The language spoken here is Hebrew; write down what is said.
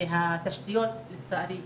התשתיות לצערי,